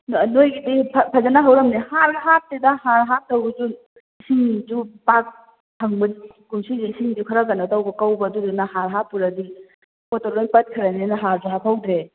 ꯑꯗꯣ ꯅꯣꯏꯒꯤꯗꯤ ꯐꯖꯅ ꯍꯧꯔꯝꯅꯤ ꯍꯥꯔꯒ ꯍꯥꯞꯇꯦꯗ ꯍꯥꯔ ꯍꯥꯞꯇꯧꯕꯁꯨ ꯏꯁꯤꯡꯁꯨ ꯄꯥꯛ ꯐꯪꯗꯦ ꯀꯨꯝꯁꯤꯁꯤ ꯏꯁꯤꯡꯁꯨ ꯈꯔ ꯀꯩꯅꯣ ꯇꯧꯕ ꯀꯧꯕ ꯑꯗꯨꯗꯨꯅ ꯍꯥꯔ ꯍꯥꯞꯄꯨꯔꯗꯤ ꯄꯣꯠꯇꯣ ꯂꯣꯏ ꯄꯠꯈ꯭ꯔꯅꯦꯅ ꯍꯥꯔꯁꯨ ꯍꯥꯞꯐꯧꯗ꯭ꯔꯦ